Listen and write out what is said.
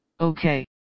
Okay